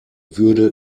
würde